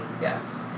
Yes